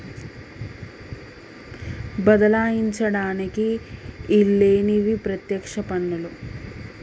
బదలాయించడానికి ఈల్లేనివి పత్యక్ష పన్నులు